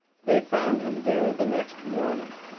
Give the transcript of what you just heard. they found him there the next morning,